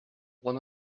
one